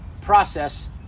process